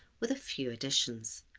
with a few additions.